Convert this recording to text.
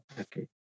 Okay